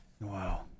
Wow